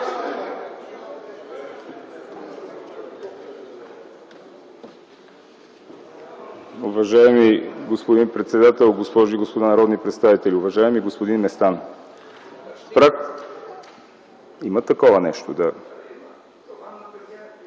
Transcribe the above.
Уважаеми господин председател, госпожи и господа народни представители, уважаеми господин Местан! (Реплика от